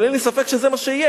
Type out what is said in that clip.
אבל אין לי ספק שזה מה שיהיה.